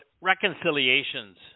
reconciliations